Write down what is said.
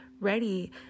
ready